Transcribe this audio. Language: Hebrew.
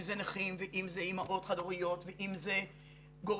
אם זה נכים ואם זה אימהות חד הוריות ואם זה גורמים